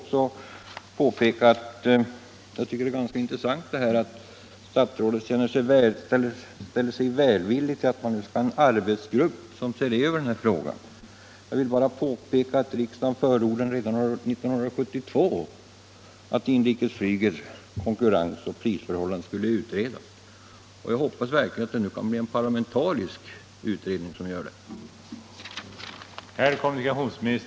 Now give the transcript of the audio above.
Det är även intressant att statsrådet ställer sig välvillig till en arbetsgrupp som skall se över frågan. Jag vill påpeka att riksdagen redan 1972 förordade att inrikesflygets konkurrensoch prisförhållanden skulle utredas. Jag hoppas verkligen att det nu blir en parlamentarisk utredning som gör det.